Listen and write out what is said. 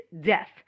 death